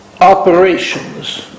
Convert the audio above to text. operations